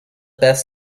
best